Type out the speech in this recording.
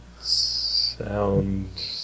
sound